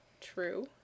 true